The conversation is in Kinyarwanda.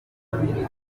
bw’ingingo